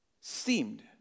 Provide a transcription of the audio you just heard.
seemed